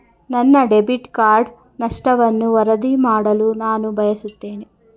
ನನ್ನ debit card ನಷ್ಟವನ್ನು ವರದಿ ಮಾಡಲು ನಾನು ಬಯಸುತ್ತೇನೆ